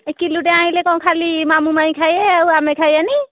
କିଲୋଟେ ଆଣିଲେ କ'ଣ ଖାଲି ମାମୁଁ ମାଇଁ ଖାଇବେ ଆଉ ଆମେ ଖାଇବାନି